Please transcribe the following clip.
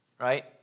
Right